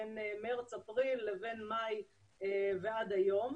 בין מרץ-אפריל לבין מאי ועד היום.